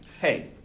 hey